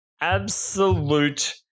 absolute